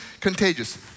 contagious